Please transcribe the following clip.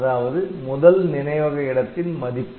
அதாவது முதல் நினைவக இடத்தின் மதிப்பு